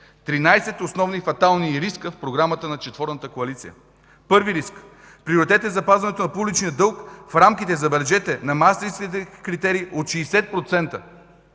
основни „фатални” риска в Програмата на четворната коалиция Първи Риск: Приоритет е „запазването на публичния дълг в рамките, забележете, на Маастрихтските критерии от 60%.